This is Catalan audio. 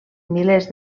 milers